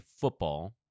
football